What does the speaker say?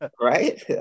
right